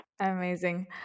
Amazing